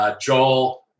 Joel